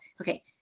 Okay